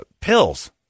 pills